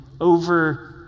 over